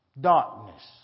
darkness